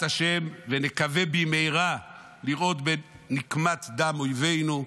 השם ונקווה במהרה לראות בנקמת דם באויבינו,